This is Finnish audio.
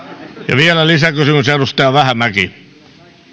ja vielä lisäkysymys edustaja vähämäki